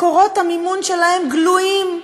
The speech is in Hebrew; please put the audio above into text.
מקורות המימון שלהן גלויים,